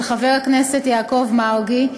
של חבר הכנסת יעקב מרגי,